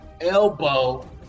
elbow